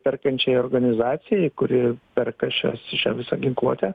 perkančiai organizacijai kuri perka šias šią visą ginkluotę